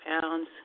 pounds